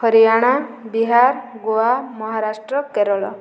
Haryana Bihar Goa Maharashtra Kerala